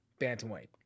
Bantamweight